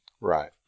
Right